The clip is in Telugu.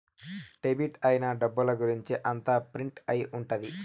డెబిట్ అయిన డబ్బుల గురుంచి అంతా ప్రింట్ అయి ఉంటది